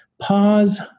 pause